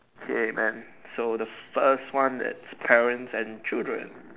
ya man so the first one that's parents and children